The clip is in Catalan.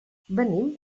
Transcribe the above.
venim